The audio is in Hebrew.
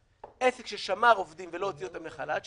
עסק ששמר עובדים ולא הוציא אותם לחל"ת,